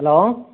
hello